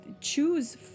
choose